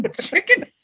chicken